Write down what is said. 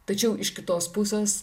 tačiau iš kitos pusės